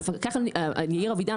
יאיר אבידן,